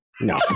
no